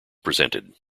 presented